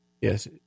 yes